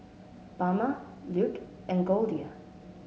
Bama Luke and Goldia